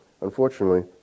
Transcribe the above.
Unfortunately